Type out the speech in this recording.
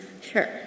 Sure